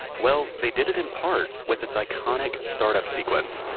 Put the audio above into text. well, they did it, in part, with its iconic startup sequence